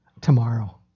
tomorrow